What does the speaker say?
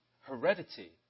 heredity